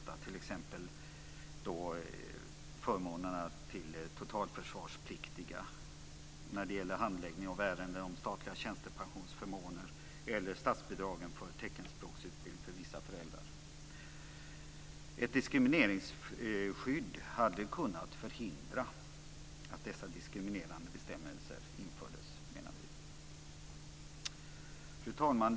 Det gäller t.ex. förmånerna till totalförsvarspliktiga, handläggning av ärenden om statliga tjänstepensionsförmåner eller statsbidragen för teckenspråksutbildning för vissa föräldrar. Ett diskrimineringsskydd hade kunnat förhindra att dessa diskriminerande bestämmelser hade införts, menar vi. Fru talman!